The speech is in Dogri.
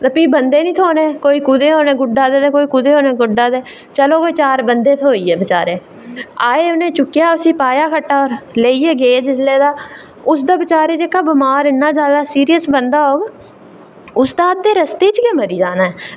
तां भी बंदे निं थ्होने कोई कुदै होने गुड्डा दे ते कोई कुदै होने गुड्डा दे ते चलो चार बंदे थ्होई गे ते चारै आये उनें चुक्केआ उसी पाया खट्टा लेइयै गे जिसलै तां उसलै जेह्का बेचारा बमार सीरियस बंदा होग उस तां रस्ते च गै मरी जाना ऐ